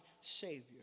Savior